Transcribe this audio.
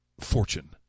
fortune